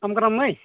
ᱟᱢ ᱠᱟᱱᱟᱢ ᱢᱟᱹᱭ